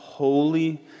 Holy